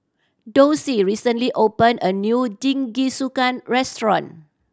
Dorsey recently opened a new Jingisukan restaurant